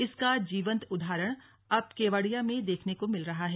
इसका जीवंत उदाहरण अब केवड़िया में देखने को मिल रहा है